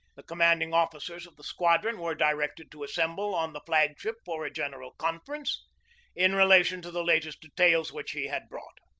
the commanding officers of the squadron were directed to assemble on the flag-ship for a general conference in relation to the latest details which he had brought.